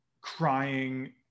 crying